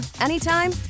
anytime